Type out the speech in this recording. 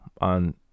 on